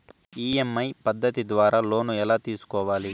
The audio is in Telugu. ఇ.ఎమ్.ఐ పద్ధతి ద్వారా లోను ఎలా తీసుకోవాలి